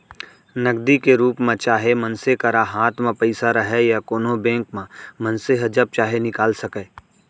नगदी के रूप म चाहे मनसे करा हाथ म पइसा रहय या कोनों बेंक म मनसे ह जब चाहे निकाल सकय